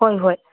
ꯍꯣꯏ ꯍꯣꯏ